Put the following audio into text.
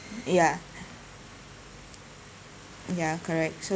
ya ya correct so